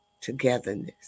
togetherness